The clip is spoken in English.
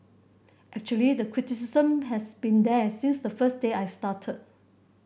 actually the criticism has been there since the first day I started